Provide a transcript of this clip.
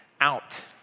out